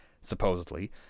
supposedly